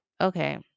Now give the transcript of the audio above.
Okay